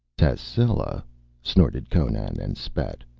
tascela? snorted conan, and spat.